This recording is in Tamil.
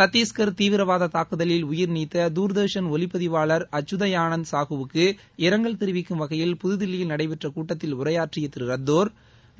சத்தீஷ்கர் தீவிரவாத தாக்குதலில் உயிர் நீத்த துர்தர்ஷன் ஒளிப் பதிவாளர் அச்சுதயானந்த் சாகுவுக்கு இரங்கல் தெரிவிக்கும் வகையில் புதுதில்லியில் நடைபெற்ற கூட்டத்தில் உரையாற்றிய திரு ரத்தோர்